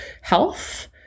health